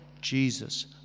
Jesus